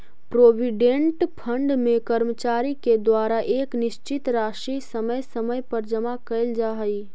provident fund में कर्मचारि के द्वारा एक निश्चित राशि समय समय पर जमा कैल जा हई